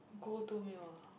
go to meal